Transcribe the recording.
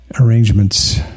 Arrangements